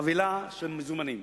חבילה של מזומנים.